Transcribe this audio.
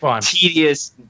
tedious